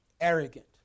arrogant